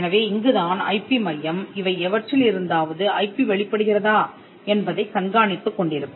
எனவே இங்குதான் ஐபி மையம் இவை எவற்றிலிருந்தாவது ஐபி வெளிப்படுகிறதா என்பதைக் கண்காணித்துக் கொண்டிருக்கும்